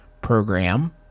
program